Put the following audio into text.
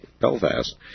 Belfast